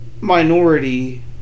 minority